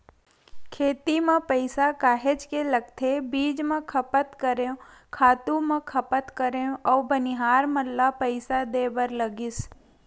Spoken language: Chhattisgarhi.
खेती म पइसा काहेच के लगथे बीज म खपत करेंव, खातू म खपत करेंव अउ बनिहार मन ल पइसा देय बर लगिस